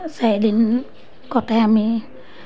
চাৰিদিন কটাই আমি